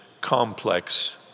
complex